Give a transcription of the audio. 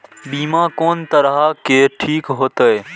बीमा कोन तरह के ठीक होते?